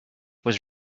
was